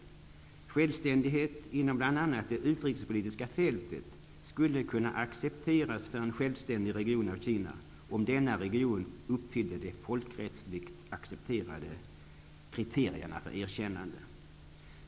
Självständighet inom bl.a. det utrikespolitiska fältet skulle kunna accepteras för en självständig region av Kina, om denna region uppfyllde de folkrättsligt accepterade kriterierna för erkännande.